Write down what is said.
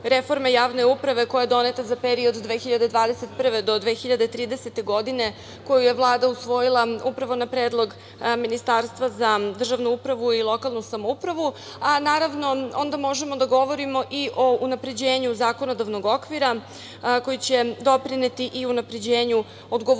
reforme javne uprave koja je doneta za period od 2021. do 2030. godine, koju je Vlada usvojila upravo na predlog Ministarstva za državnu upravu i lokalnu samoupravu, a naravno, onda možemo da govorimo i o unapređenju zakonodavnog okvira koji će doprineti i unapređenju odgovornosti